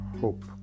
hope